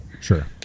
Sure